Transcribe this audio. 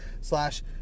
slash